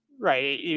right